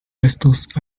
restos